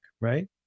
right